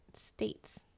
states